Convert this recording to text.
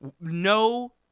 no